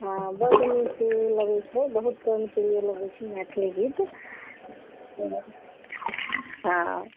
हँ बड्ड नीक लगै छै बहुत कर्णप्रिय लगै छै मैथिली गीत हँ